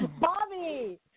Bobby